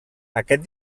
aquest